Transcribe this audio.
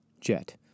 Jet